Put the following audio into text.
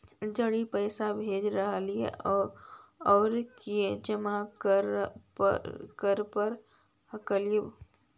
जड़ी पैसा भेजे ला और की जमा करे पर हक्काई बताहु करने हमारा?